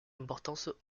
importance